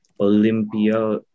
Olympia